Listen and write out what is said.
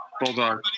Bulldog